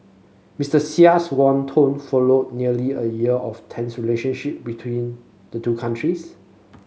Mister Xi's warm tone followed nearly a year of tense relationship between the two countries